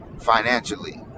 financially